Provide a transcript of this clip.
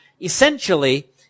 essentially